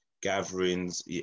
gatherings